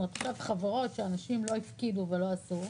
עכשיו חברות שאנשים לא הפקידו ולא עשו,